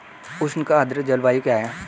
उष्ण आर्द्र जलवायु क्या है?